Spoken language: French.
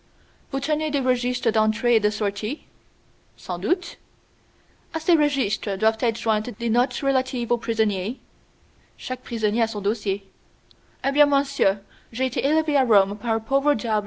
vous tenez des registres d'entrée et de sortie sans doute à ces registres doivent être jointes des notes relatives aux prisonniers chaque prisonnier a son dossier eh bien monsieur j'ai été élevé à